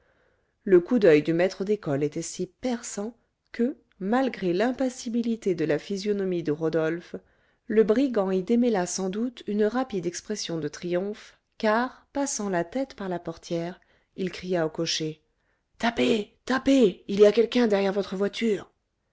le coup d'oeil du maître d'école était si perçant que malgré l'impassibilité de la physionomie de rodolphe le brigand y démêla sans doute une rapide expression de triomphe car passant la tête par la portière il cria au cocher tapez tapez il y a quelqu'un derrière votre voiture